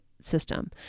system